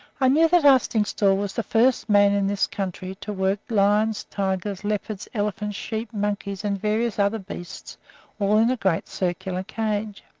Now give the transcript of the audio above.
i knew that arstingstall was the first man in this country to work lions, tigers, leopards, elephants, sheep, monkeys, and various other beasts all in a great circular cage.